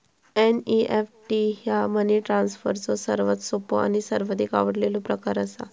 NEFT ह्या money ट्रान्सफरचो सर्वात सोपो आणि सर्वाधिक आवडलेलो प्रकार असा